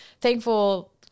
thankful